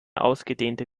ausgedehnte